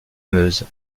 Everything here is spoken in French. meuse